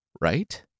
right